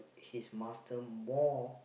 his master more